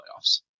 playoffs